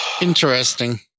interesting